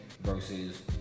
versus